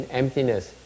emptiness